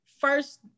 first